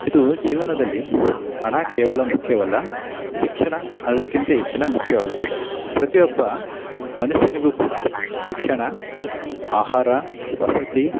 ಇದೂ ಜೀವನದಲ್ಲಿ ಹಣ ಕೇವಲ ಮುಖ್ಯವಲ್ಲ ಶಿಕ್ಷಣ ಅದಕ್ಕಿಂತ ಹೆಚ್ಚಿನ ಮುಖ್ಯವಾಗುತ್ತದೆ ಪ್ರತಿಯೊಬ್ಬ ಮನುಷ್ಯನಿಗೂ ಕೂಡ ಶಿಕ್ಷಣ ಆಹಾರ ವಸತಿ